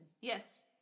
Yes